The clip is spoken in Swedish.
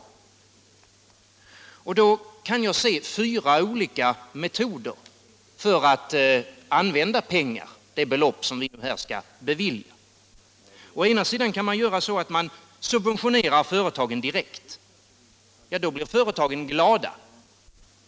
Jag kan då se fyra olika metoder att använda de belopp som vi här skall bevilja. För det första kan man subventionera företagen direkt. Då blir företagen glada.